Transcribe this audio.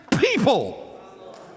people